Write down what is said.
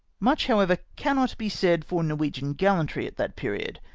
much, however, cannot be said for norwegian gallantry at that period.